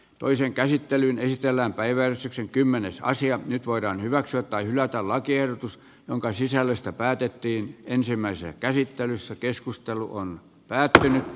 toisen käsittelyn esitellään päiväys on kymmenes asia nyt voidaan hyväksyä tai hylätä lakiehdotus jonka sisällöstä päätettiin ensimmäisessä käsittelyssä keskustelu on pääätöä